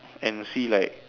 and see like